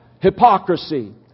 hypocrisy